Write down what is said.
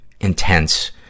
intense